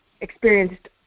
experienced